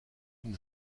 une